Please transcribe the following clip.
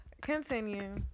continue